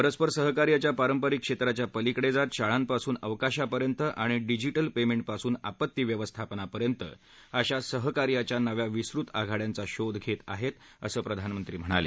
परस्पर सहकार्याच्या पारंपरिक क्षेत्रांच्या पलिकडे जात शाळांपासून अवकाशपर्यंत आणि डिजिटल पेमेंटपासून आपत्ती व्यवस्थापनापर्यंत अशा सहकार्याच्या नव्या विस्तृत आघाड्यांचा शोध घेत आहेत असं प्रधानमंत्री म्हणाले